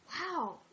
wow